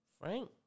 Frank